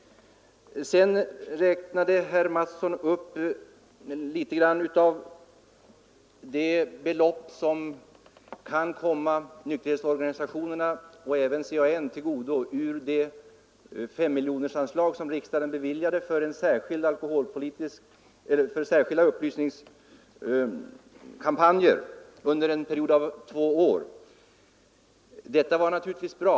Herr Mattsson räknade upp några av de belopp som kan komma nykterhetsorganisationerna och även CAN till godo ur det femmiljonersanslag som riksdagen beviljat för särskilda upplysningskampanjer under en period av två år. Detta var naturligtvis bra.